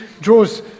draws